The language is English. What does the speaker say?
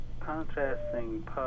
contrasting